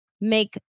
make